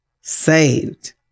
saved